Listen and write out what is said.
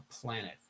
planet